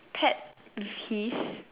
pet peeves